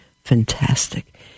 fantastic